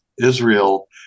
israel